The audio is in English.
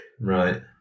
Right